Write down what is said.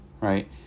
right